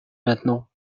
maintenant